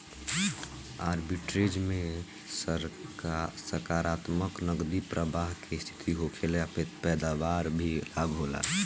arbitrage में सकारात्मक नगदी प्रबाह के स्थिति होखला से बैपार में लाभ होला